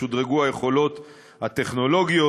שודרגו היכולות הטכנולוגיות,